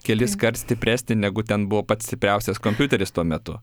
keliskart stipresnį negu ten buvo pats stipriausias kompiuteris tuo metu